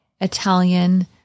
Italian